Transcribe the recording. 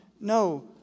no